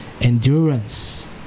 endurance